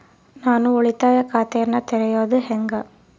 ನಾನು ಉಳಿತಾಯ ಖಾತೆಯನ್ನ ತೆರೆಯೋದು ಹೆಂಗ?